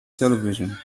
television